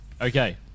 Okay